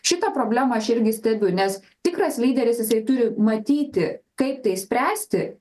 šitą problemą aš irgi stebiu nes tikras lyderis jisai turi matyti kaip tai spręsti